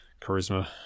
charisma